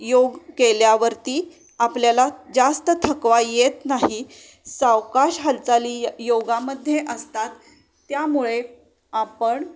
योग केल्यावरती आपल्याला जास्त थकवा येत नाही सावकाश हालचाली य योगामध्ये असतात त्यामुळे आपण